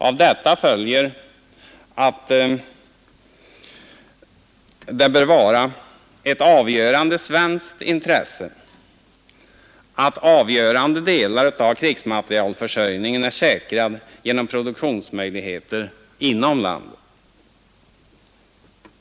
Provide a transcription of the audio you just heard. Av detta följer att det bör vara ett avgörande svenskt intresse att viktiga delar av krigsmaterielförsörjningen är säkrad genom produktionsmöjligheter inom landet.